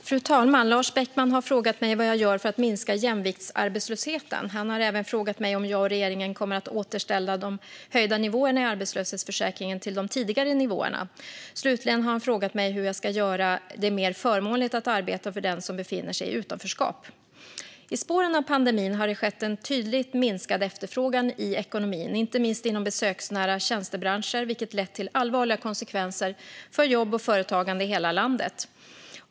Fru talman! Lars Beckman har frågat mig vad jag gör för att minska jämviktsarbetslösheten. Han har även frågat mig om jag och regeringen kommer att återställa de höjda nivåerna i arbetslöshetsförsäkringen till de tidigare nivåerna. Slutligen har han frågat mig hur jag ska göra det mer förmånligt att arbeta för den som befinner sig i utanförskap. I spåren av pandemin har det skett en tydligt minskad efterfrågan i ekonomin, inte minst inom besöksnära tjänstebranscher, vilket lett till allvarliga konsekvenser för jobb och företagande i hela landet.